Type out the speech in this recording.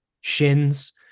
shins